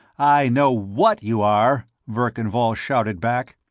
i know what you are, verkan vall shouted back.